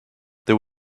there